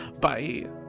Bye